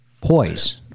poise